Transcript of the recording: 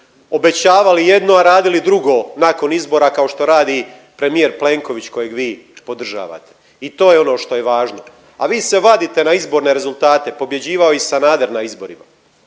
obećavali jedno, a radili drugo nakon izbora kao što radi premijer Plenković kojeg vi podržavati i to je ono što je važno. A vi se vadite na izborne rezultate, pobjeđivao je i Sanader na izborima.